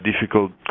difficult